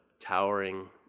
towering